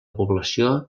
població